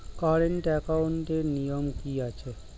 Current একাউন্টের নিয়ম কী আছে?